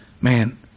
man